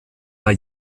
bei